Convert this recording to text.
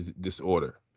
disorder